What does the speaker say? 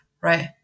right